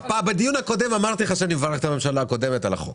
בדיון הקודם אמרתי לך שאני מברך את הממשלה הקודמת על החוק,